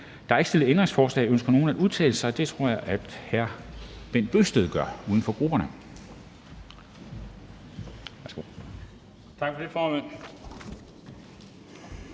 Der er ikke stillet ændringsforslag. Ønsker nogen at udtale sig? Det tror jeg at hr. Bent Bøgsted, uden for grupperne,